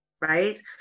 right